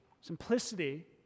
Simplicity